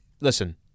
Listen